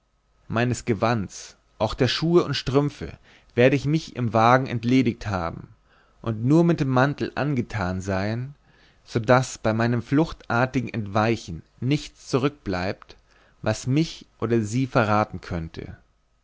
meines gewands auch der schuhe und strümpfe werde ich mich im wagen entledigt haben und nur mit dem mantel angetan sein so daß bei meinem fluchtartigen entweichen nichts zurückbleibt was mich oder sie verraten könnte